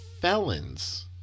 felons